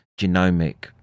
genomic